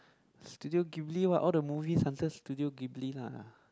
Studio-Kimbley what all the movies under Studio-Kimbley lah